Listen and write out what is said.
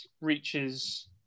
reaches